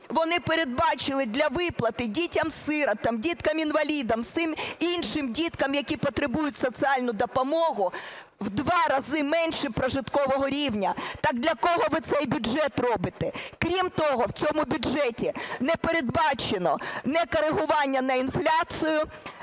вони передбачили для виплати дітям-сиротам, діткам-інвалідам, всім іншим діткам, які потребують соціальної допомоги, в два рази менше прожиткового рівня. Так для кого ви цей бюджет робите? Крім того, в цьому бюджеті не передбачено ні коригування на інфляцію,